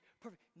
perfect